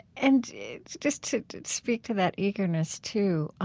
and just to speak to that eagerness too, ah